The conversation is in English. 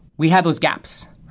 we have those gaps, right?